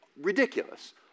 ridiculous